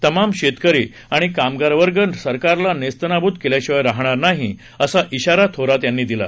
तमाम शेतकरी आणि कामगार वर्ग सरकारला नेस्तनाबूत केल्याशिवाय राहणार नाही असा इशारा थोरात यांनी दिला